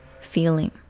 feeling